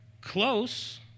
Close